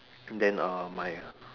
then uh my